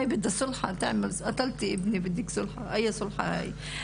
ואני כאילו איזה סוג של סולחה אחרי שרצחו לי את הבן?